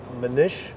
Manish